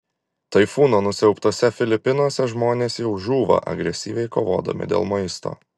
taifūno nusiaubtuose filipinuose žmonės jau žūva agresyviai kovodami dėl maisto